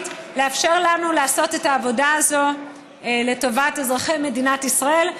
לאפשר לנו לעשות את העבודה הזאת לטובת אזרחי מדינת ישראל.